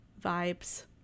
vibes